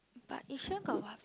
but Yishun got what